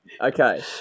Okay